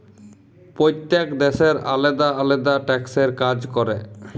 প্যইত্তেক দ্যাশের আলেদা আলেদা ট্যাক্সের কাজ ক্যরে